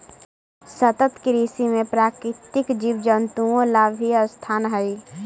सतत कृषि में प्राकृतिक जीव जंतुओं ला भी स्थान हई